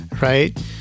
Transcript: right